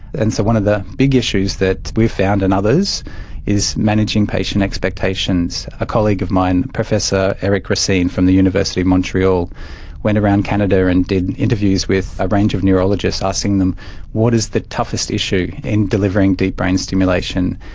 and so one of the big issues that we've found and others is managing patient expectations. a colleague of mine, professor eric racine from the university in montreal went around canada and did and interviews with a range of neurologists asking them what is the toughest issue in delivering deep brain stimulation?